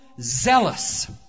zealous